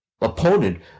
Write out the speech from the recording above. opponent